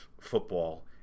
football